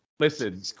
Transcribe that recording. Listen